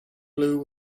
blew